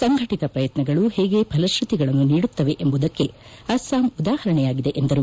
ಸಂಘಟತ ಪ್ರಯತ್ನಗಳು ಹೇಗೆ ಫಲಶೃತಿಗಳನ್ನು ನೀಡುತ್ತವೆ ಎಂಬುದಕ್ಷೆ ಅಸ್ಲಾಂ ಉದಾಪರಣೆಯಾಗಿದೆ ಎಂದರು